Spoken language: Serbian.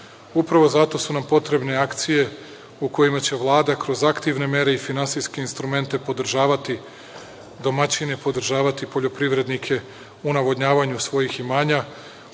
Upravo zato su nam potrebne akcije u kojima će Vlada kroz aktivne mere i finansijske instrumente podržavati domaćine i podržavati poljoprivrednike u navodnjavanju svojih imanja,